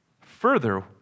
Further